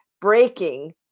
breaking